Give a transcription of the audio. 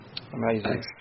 Amazing